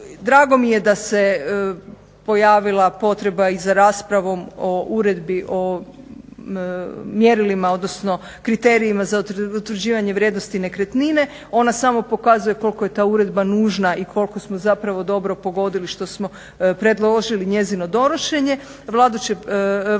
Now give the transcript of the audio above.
Drago mi je da se pojavila potreba i za raspravom o uredbi, mjerilima, odnosno kriterijima za utvrđivanje vrijednosti nekretnine, ona samo pokazuje koliko je ta uredba nužna i koliko smo zapravo dobro pogodili što smo predložili njezino donošenje.